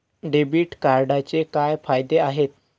Debit कार्डचे काय फायदे आहेत?